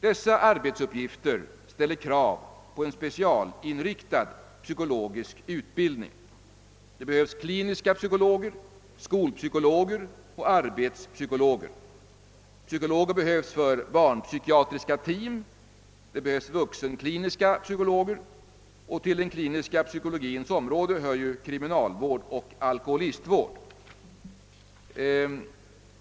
Dessa arbetsuppgifter ställer krav på en specialinriktad psykologisk utbildning. Det behövs kliniska psykologer, skolpsykologer och arbetspsykologer. Psykologer krävs för barnpsykiatriska team och det behövs vuxenkliniska psykologer; till den kliniska psykologins område hör ju också kriminalvård och alkoholistvård.